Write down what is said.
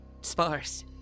Sparse